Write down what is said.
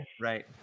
Right